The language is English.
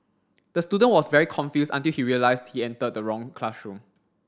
the student was very confused until he realized he entered the wrong classroom